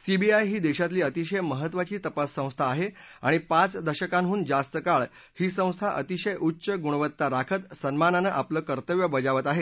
CBI ही दक्षितली अतिशय महत्वाची तपास संस्था आहआिणि पाच दशकांडून जास्त काळ ही संस्था अतिशय उच्च गुणवत्ता राखत सन्मानानं आपलं कर्तव्य बजावत आह